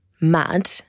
mad